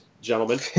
gentlemen